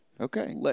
Okay